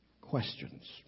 questions